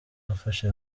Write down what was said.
afashe